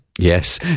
Yes